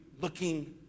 looking